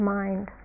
mind